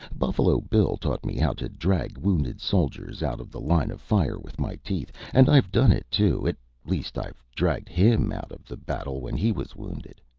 buffalo bill taught me how to drag wounded soldiers out of the line of fire with my teeth and i've done it, too at least i've dragged him out of the battle when he was wounded.